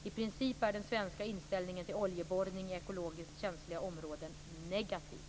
I princip är den svenska inställningen till oljeborrning i ekologiskt känsliga områden negativ.